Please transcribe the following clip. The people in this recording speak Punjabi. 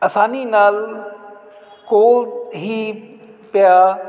ਆਸਾਨੀ ਨਾਲ ਕੋਲ ਹੀ ਪਿਆ